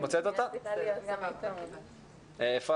תודה לכבוד יושב-ראש ועדת